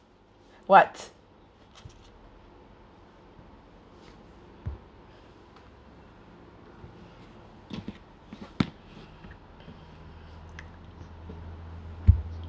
what